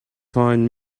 find